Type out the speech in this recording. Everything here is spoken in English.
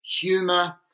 humor